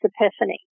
epiphany